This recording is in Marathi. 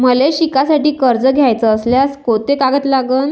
मले शिकासाठी कर्ज घ्याचं असल्यास कोंते कागद लागन?